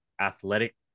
athletic